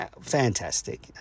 Fantastic